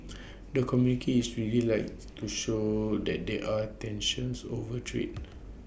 the communicate is really likes to show that they are tensions over trade